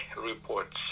reports